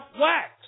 wax